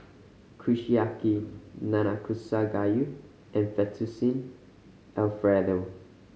Kushiyaki Nanakusa Gayu and Fettuccine Alfredo